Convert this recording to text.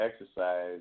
exercise